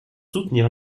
soutenir